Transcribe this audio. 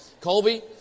Colby